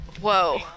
Whoa